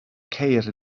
ceir